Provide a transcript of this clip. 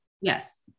Yes